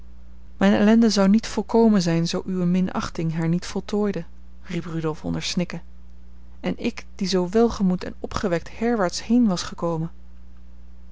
mijne ellende zou niet volkomen zijn zoo uwe minachting haar niet voltooide riep rudolf onder snikken en ik die zoo welgemoed en opgewekt herwaarts heen was gekomen